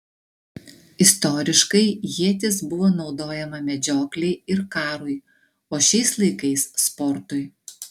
istoriškai ietis buvo naudojama medžioklei ir karui o šiais laikais sportui